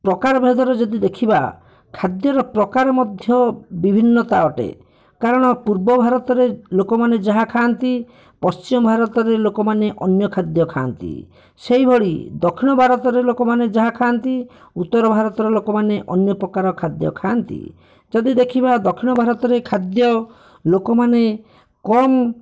ପ୍ରକାର ଭେଦର ଯଦି ଦେଖିବା ଖାଦ୍ୟର ପ୍ରକାର ମଧ୍ୟ ବିଭିନ୍ନତା ଅଟେ କାରଣ ପୂର୍ବ ଭାରତରେ ଲୋକମାନେ ଯାହା ଖାଆନ୍ତି ପଶ୍ଚିମ ଭାରତରେ ଲୋକମାନେ ଅନ୍ୟ ଖାଦ୍ୟ ଖାଆନ୍ତି ସେଇଭଳି ଦକ୍ଷିଣ ଭାରତରେ ଲୋକମାନେ ଯାହା ଖାଆନ୍ତି ଉତ୍ତର ଭାରତରେ ଲୋକମାନେ ଅନ୍ୟପ୍ରକାର ଖାଦ୍ୟ ଖାଆନ୍ତି ଯଦି ଦେଖିବା ଦକ୍ଷିଣ ଭାରତରେ ଖାଦ୍ୟ ଲୋକମାନେ କମ୍